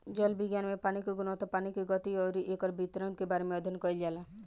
जल विज्ञान में पानी के गुणवत्ता पानी के गति अउरी एकर वितरण के बारे में अध्ययन कईल जाला